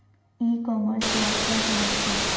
ई commerce से आप क्या समझते हो?